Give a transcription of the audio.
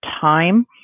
time